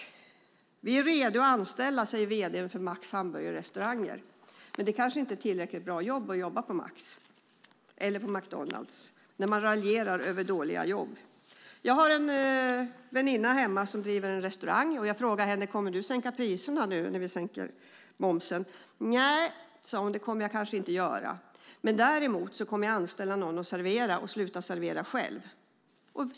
Vi är redo att anställa, säger vd:n för Max Hamburgerrestauranger AB. Men det är kanske inte tillräckligt bra att jobba på Max eller på McDonalds då man raljerar över dåliga jobb. En väninna hemmavid driver en restaurang. Jag frågade om hon kommer att sänka priserna när vi sänker momsen. Nej, svarade hon, det kommer jag kanske inte att göra. Däremot kommer jag att anställa någon till att servera och att sluta servera själv.